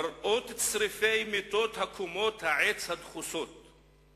מראות הצריפים עם מיטות עץ הדחוסות בקומות,